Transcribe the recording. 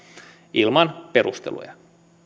ilman perusteluja